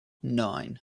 nine